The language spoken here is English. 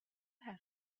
have